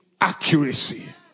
accuracy